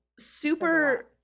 super